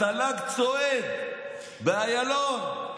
התל"ג צועד באיילון.